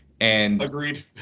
Agreed